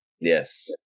Yes